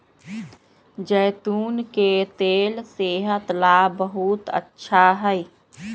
जैतून के तेल सेहत ला बहुत अच्छा हई